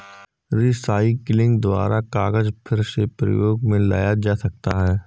recycling द्वारा कागज फिर से प्रयोग मे लाया जा सकता है